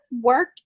work